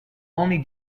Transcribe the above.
only